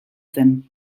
zen